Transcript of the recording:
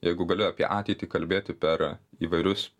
jeigu gali apie ateitį kalbėti per įvairius